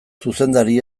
zuzendari